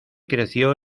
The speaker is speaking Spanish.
creció